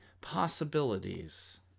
possibilities